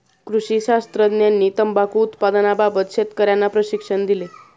कृषी शास्त्रज्ञांनी तंबाखू उत्पादनाबाबत शेतकर्यांना प्रशिक्षण दिले